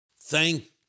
Thank